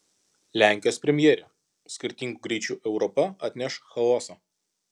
lenkijos premjerė skirtingų greičių europa atneš chaosą